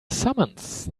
summons